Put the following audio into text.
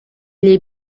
est